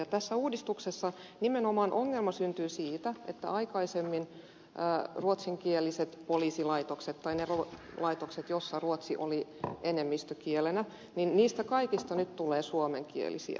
ja tässä uudistuksessa nimenomaan ongelma syntyy siitä että kaikista niistä poliisilaitoksista joissa ruotsi oli aikaisemmin enemmistökielenä tulee nyt suomenkielisiä